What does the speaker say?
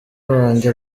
wanjye